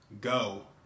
go